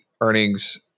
earnings